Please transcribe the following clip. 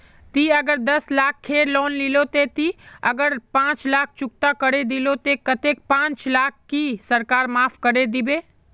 ती अगर दस लाख खेर लोन लिलो ते ती अगर पाँच लाख चुकता करे दिलो ते कतेक पाँच लाख की सरकार माप करे दिबे?